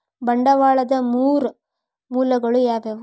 ಬಂಡವಾಳದ್ ಮೂರ್ ಮೂಲಗಳು ಯಾವವ್ಯಾವು?